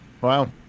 Wow